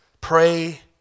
Pray